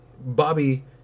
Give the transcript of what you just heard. Bobby